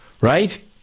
Right